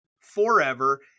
forever